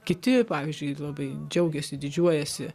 kiti pavyzdžiui labai džiaugiasi didžiuojasi